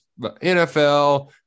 NFL